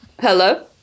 hello